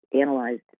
analyzed